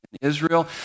Israel